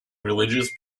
religious